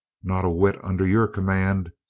not a whit under your command.